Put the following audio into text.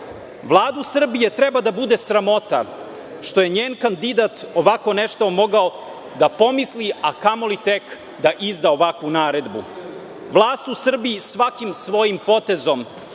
Srbije treba da bude sramota što je njen kandidat ovako nešto mogao da pomisli, a kamoli tek da izda ovakvu naredbu. Vlast u Srbiji svakim svojim potezom